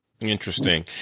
Interesting